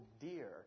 deer